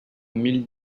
mille